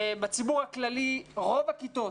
בציבור הכללי רוב הכיתות